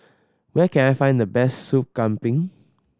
where can I find the best Sup Kambing